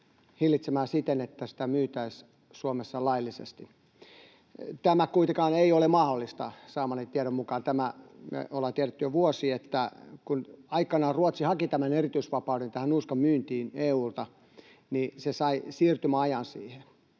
hillitsemään siten, että sitä myytäisiin Suomessa laillisesti. Tämä kuitenkaan ei ole mahdollista saamani tiedon mukaan. Me ollaan tiedetty jo vuosia, että kun aikoinaan Ruotsi haki erityisvapauden nuuskan myyntiin EU:lta, niin se sai siirtymäajan siihen.